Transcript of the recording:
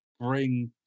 bring